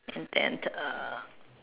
and then uh